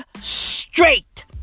straight